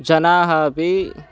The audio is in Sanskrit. जनाः अपि